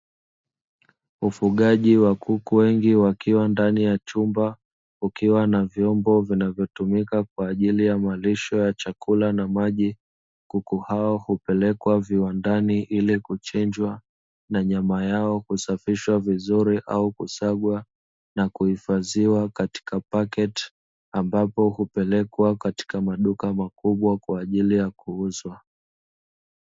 Ufugaji wa kuku wengi wakiwa ndani ya chumba kukiwa na vyombo vinavyotumika kwa ajili ya malisho ya chakula na maji, kuku hawa hupelekwa viwandani ili kuchinjwa na nyama yao husafishwa vizuri au kusagwa na kuhifadhiwa katika pakiti ambapo hupelekwa katika maduka makubwa kwa ajili ya kuuzwa.